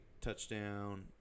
touchdown